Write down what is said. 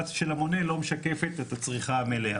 של המונה לא משקפת את הצריכה המלאה.